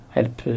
Help